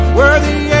worthy